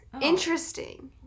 Interesting